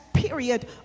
period